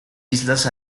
islas